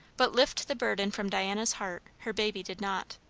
but lift the burden from diana's heart her baby did not.